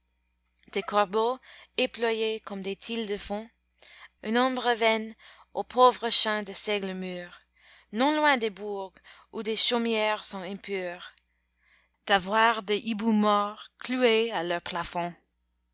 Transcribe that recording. comme des tildes font une ombre vaine aux pauvres champs de seigle mûr non loin des bourgs où des chaumières sont impures d'avoir des hiboux morts cloués à leur plafond